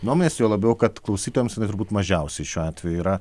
nuomonės juo labiau kad klausytojams turbūt mažiausiai šiuo atveju yra